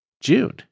June